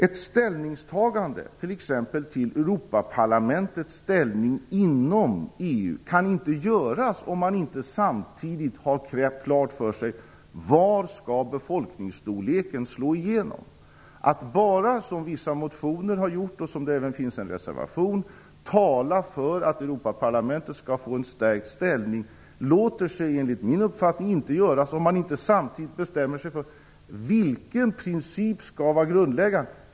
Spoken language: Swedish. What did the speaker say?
Ett ställningstagande till t.ex. Europaparlamentets ställning inom EU kan inte göras om man inte samtidigt har klart för sig var befolkningsstorleken skall slå igenom. Att bara tala för att Europaparlamentet skall få en stärkt ställning - som vissa motioner gör, och det finns även reservation för detta - låter sig enligt min uppfattning inte göras om man inte samtidigt bestämmer sig för vilken princip som skall vara grundläggande.